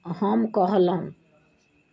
हम कहलहुँ